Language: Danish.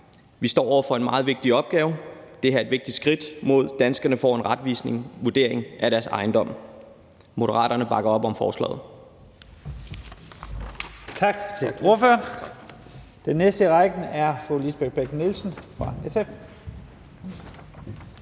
Vi står over for en meget vigtig opgave, det her er et vigtigt skridt mod, at danskerne får en retvisende vurdering af deres ejendom. Moderaterne bakker op om forslaget.